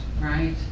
Right